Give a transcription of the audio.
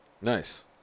Nice